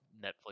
Netflix